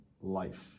life